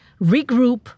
regroup